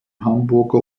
hamburger